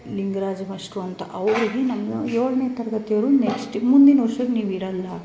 Lingaraju master ಅಂತ ಅವ್ರಿಗೆ ನಮ್ಮ ಏಳನೇ ತರಗತಿಯವರು ನೆಕ್ಸ್ಟ್ ಮುಂದಿನ ವರ್ಷಕ್ಕೆ ನೀವು ಇರೋಲ್ಲ